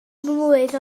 mlwydd